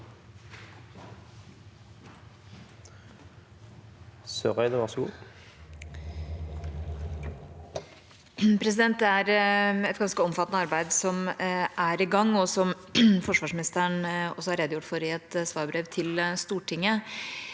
Det er et ganske omfattende arbeid som er i gang, som forsvarsministeren også har redegjort for i et svarbrev til Stortinget.